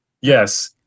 Yes